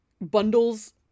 bundles